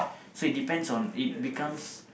so it depends on it becomes